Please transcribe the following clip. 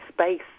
space